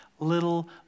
little